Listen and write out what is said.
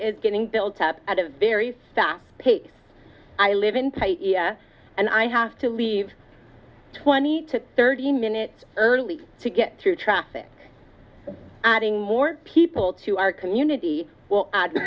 is getting built up at a very fast pace i live in tight and i have to leave twenty to thirty minutes early to get through traffic adding more people to our community